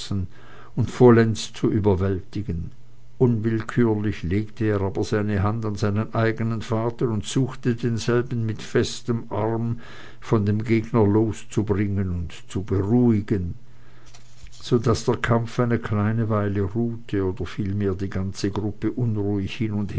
und vollends zu überwältigen unwillkürlich legte er aber seine hand an seinen eigenen vater und suchte denselben mit festem arm von dem gegner loszubringen und zu beruhigen so daß der kampf eine kleine weile ruhte oder vielmehr die ganze gruppe unruhig hin und